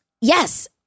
Yes